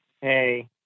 Hey